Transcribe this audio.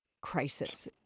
crisis